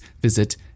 visit